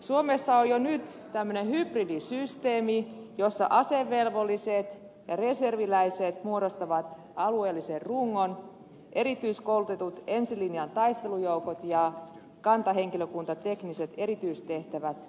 suomessa on jo nyt tämmöinen hybridisysteemi jossa asevelvolliset ja reserviläiset muodostavat alueellisen rungon erityiskoulutetut ensilinjan taistelujoukot ja kantahenkilökunta tekniset erityistehtävät